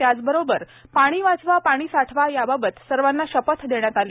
त्याबरोबरच पाणी वाचवा पाणी साठवा याबाबत सर्वांना शपथ देण्यात आली